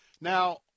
Now